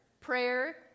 Prayer